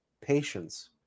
patience